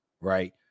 right